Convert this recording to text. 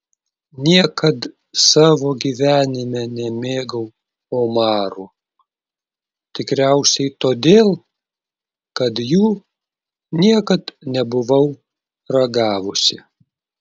niekad savo gyvenime nemėgau omarų tikriausiai todėl kad jų niekad nebuvau ragavusi